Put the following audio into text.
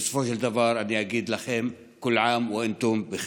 בסופו של דבר אני אגיד לכם כול עאם ואנתום בח'יר.